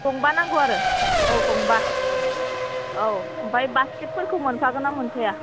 गंबा नांगौ आरो औ गंबा औ ओमफ्राय बासकेट फोरखौ मोनफागोनना मोनफाया